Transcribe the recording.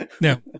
no